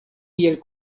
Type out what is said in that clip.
iel